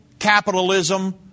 Capitalism